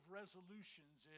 resolutions